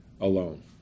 alone